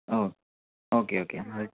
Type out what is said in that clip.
ഓ okay okay മതി